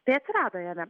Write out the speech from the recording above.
tai atsirado jame